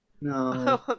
no